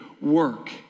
work